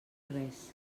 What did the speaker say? res